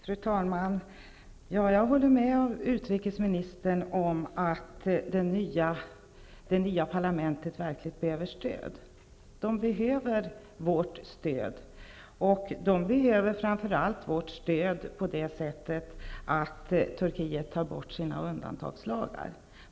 Fru talman! Jag håller med utrikesministern om att det nya parlamentet verkligen behöver stöd. Det behöver vårt stöd, framför allt i arbetet på att förmå Turkiet att ta bort sina undantagslagar.